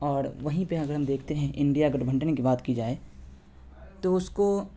اور وہیں پہ اگر ہم دیکھتے ہیں انڈیا گٹھبنڈھن کی بات کی جائے تو اس کو